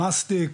מסטיק,